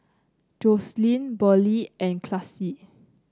Joselyn Burley and Classie